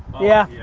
yeah,